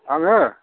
आङो